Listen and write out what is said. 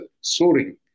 soaring